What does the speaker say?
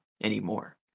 anymore